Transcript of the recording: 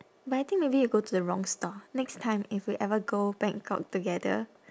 but I think maybe you go to the wrong store next time if we ever go bangkok together